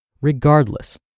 regardless